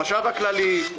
החשב הכללי,